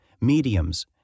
mediums